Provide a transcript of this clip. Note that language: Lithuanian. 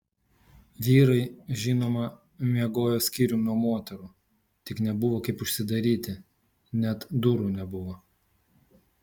vyrai žinoma miegojo skyrium nuo moterų tik nebuvo kaip užsidaryti net durų nebuvo